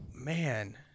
man